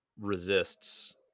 resists